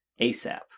ASAP